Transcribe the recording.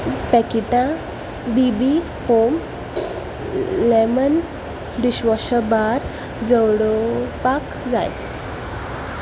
पॅकिटां B B home lemon dishwasher bar जळोवपाक जाय